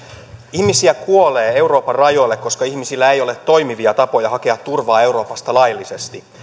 ihmisiä kuolee euroopan rajoille koska ihmisillä ei ole toimivia tapoja hakea turvaa euroopasta laillisesti